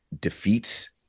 defeats